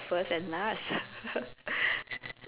first and last